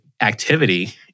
activity